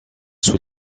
sous